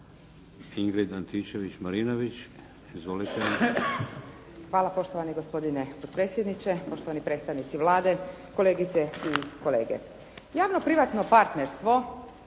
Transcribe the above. **Antičević Marinović, Ingrid (SDP)** Hvala poštovani gospodine potpredsjedniče, poštovani predstavnici Vlade, kolegice i kolege. Javno-privatno partnerstvo